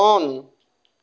on